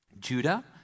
Judah